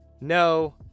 No